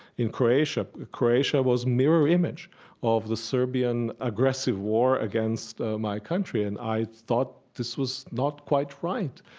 in croatia, croatia was mirror image of the serbian aggressive war against my country, and i thought this was not quite right.